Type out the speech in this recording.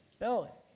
No